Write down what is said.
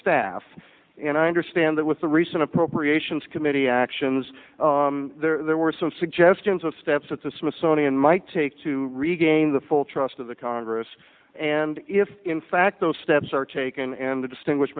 staff and i understand that with the recent appropriations committee actions there were some suggestions of steps that the smithsonian might take to regain the full trust of the congress and if in fact those steps are taken and the distinguish